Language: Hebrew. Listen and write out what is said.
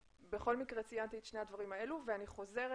בכל מקרה, ציינתי את שני הדברים האלו ואני חוזרת